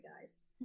guys